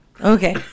Okay